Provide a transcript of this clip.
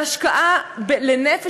וההשקעה לנפש,